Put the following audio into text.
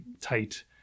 tight